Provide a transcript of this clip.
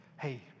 Hey